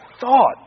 thought